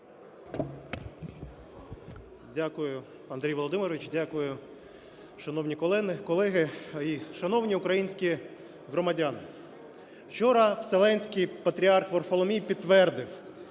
Дякую, Андрій Володимирович. Дякую, шановні колеги. І, шановні українські громадяни, вчора Вселенський Патріарх Варфоломій підтвердив: